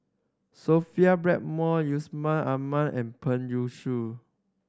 Sophia Blackmore Yusman Aman and Peng Yuyun